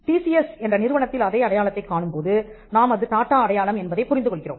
TCS என்ற நிறுவனத்தில் அதே அடையாளத்தைக் காணும்போது நாம் அது டாட்டா அடையாளம் என்பதைப் புரிந்து கொள்கிறோம்